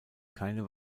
keine